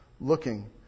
looking